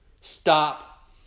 stop